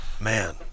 Man